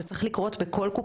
זה צריך לקרות בכולן.